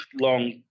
long